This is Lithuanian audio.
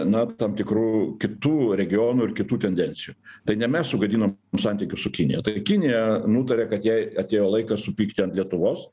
na tam tikrų kitų regionų ir kitų tendencijų tai ne mes sugadinom santykius su kinija tai kinija nutarė kad jai atėjo laikas supykti ant lietuvos